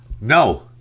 No